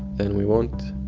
then we won't